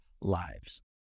lives